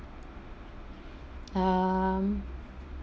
um